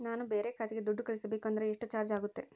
ನಾನು ಬೇರೆ ಖಾತೆಗೆ ದುಡ್ಡು ಕಳಿಸಬೇಕು ಅಂದ್ರ ಎಷ್ಟು ಚಾರ್ಜ್ ಆಗುತ್ತೆ?